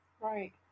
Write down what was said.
Right